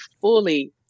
fully